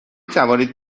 توانید